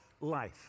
life